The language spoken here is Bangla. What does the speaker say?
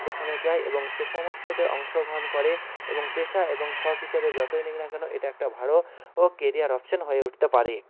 সেখানে যায় এবং সে সমস্ততে অংশগ্রহণ করে এবং পেশা এবং শখ হিসাবে যতই নিক না কেনো এটা একটা ভালো ও কেরিয়ার অপশন হয়ে উঠতে পারে